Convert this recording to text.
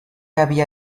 había